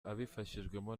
abifashijwemo